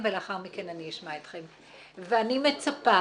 אני מצפה